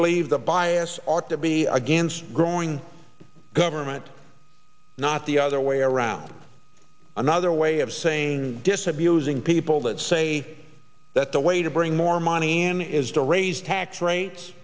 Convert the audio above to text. believe the bias ought to be against growing government not the other way around another way of saying disabusing people that say that the way to bring more money in is to raise tax rates